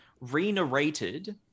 re-narrated